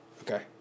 Okay